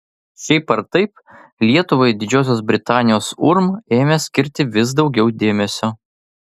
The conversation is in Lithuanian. šiaip ar taip lietuvai didžiosios britanijos urm ėmė skirti vis daugiau dėmesio